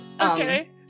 Okay